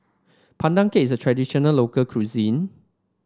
Pandan Cake is a traditional local cuisine